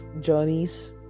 journeys